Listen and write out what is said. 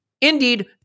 Indeed